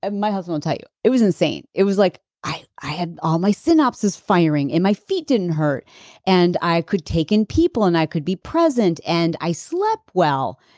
ah my husband will tell you, it was insane. it was like, i i had all my synapses firing and my feet didn't hurt and i could take in people and i could be present and i slept well.